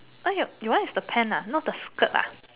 ah you your one is the pant ah not the skirt ah